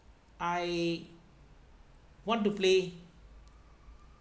I want to play